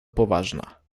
poważna